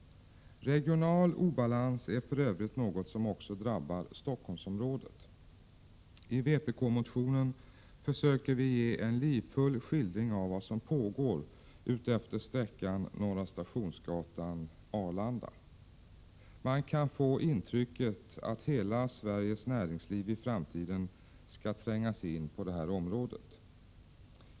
Regional obalans är för övrigt något som drabbar också Stockholmsområdet. I vpk-motionen försöker vi ge en livfull skildring av vad som pågår utefter sträckan Norra Stationsgatan — Arlanda. Man kan få intrycket att hela Sveriges näringsliv i framtiden skall trängas in på det här området.